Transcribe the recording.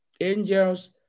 angels